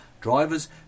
Drivers